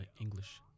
English